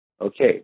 Okay